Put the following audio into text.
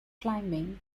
climbing